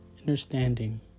understanding